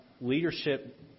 leadership